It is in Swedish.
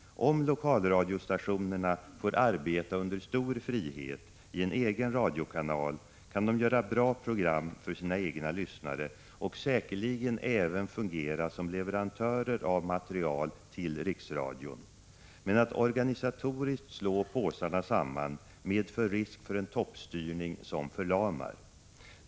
Om lokalradiostationerna får arbeta under stor frihet i en egen radiokanal, kan de göra bra program för sina egna lyssnare och säkerligen även fungera som leverantörer av material till riksradion. Men att organisatoriskt slå påsarna samman medför risk för en toppstyrning som förlamar.